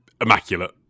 immaculate